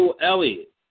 Elliott